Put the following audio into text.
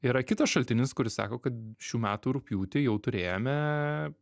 yra kitas šaltinis kuris sako kad šių metų rugpjūtį jau turėjome